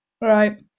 Right